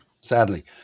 sadly